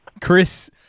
Chris